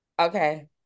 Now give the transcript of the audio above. Okay